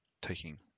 taking